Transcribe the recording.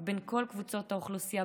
ובין כל קבוצות האוכלוסייה,